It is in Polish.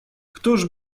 któż